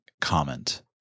comment